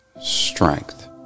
strength